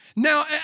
Now